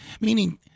meaning